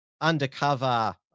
undercover